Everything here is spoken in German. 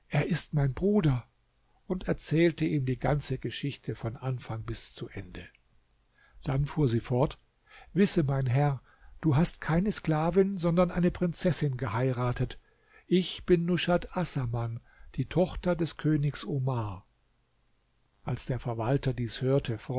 er ist mein bruder und erzählte ihm die ganze geschichte von anfang bis zu ende dann fuhr sie fort wisse mein herr du hast keine sklavin sondern eine prinzessin geheiratet ich bin nushat assaman die tochter des königs omar als der verwalter dies hörte